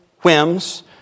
whims